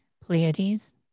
Pleiades